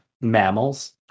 mammals